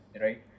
right